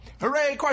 hooray